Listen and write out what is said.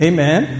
Amen